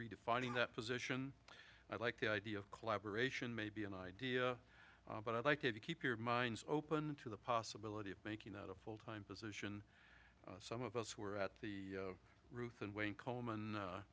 redefining that position i'd like the idea of collaboration maybe an idea but i'd like you to keep your mind open to the possibility of making it a full time position some of us were at the ruth and wayne coleman